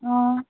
ஆ